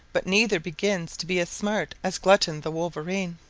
but neither begins to be as smart as glutton the wolverine.